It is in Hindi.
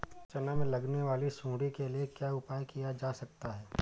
चना में लगने वाली सुंडी के लिए क्या उपाय किया जा सकता है?